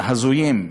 הזויים: